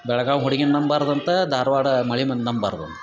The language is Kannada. ಬೆಳಗಾವಿ ಹುಡ್ಗೀನ ನಂಬಾರ್ದು ಅಂತ ಧಾರವಾಡ ಮಳಿನ ನಂಬಾರ್ದು ಅಂತ